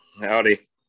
Howdy